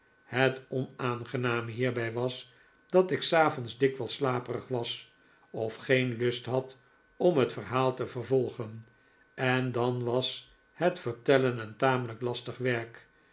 het onaangename hierbij was dat ik s avonds dikwijls slaperig was of geen lust had om het verhaal te vervolgen en dan was het vertellen een tamelijk lastig werk